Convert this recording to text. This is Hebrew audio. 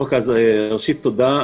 ראשית, תודה.